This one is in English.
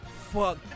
Fuck